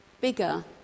Bigger